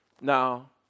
Now